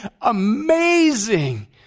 amazing